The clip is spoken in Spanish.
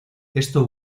esto